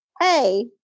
Hey